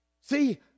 See